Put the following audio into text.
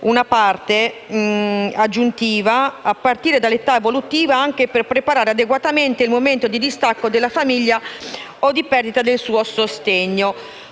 le parole: «a partire dall'età evolutiva, anche per preparare adeguatamente il momento di distacco dalla famiglia o di perdita del suo sostegno».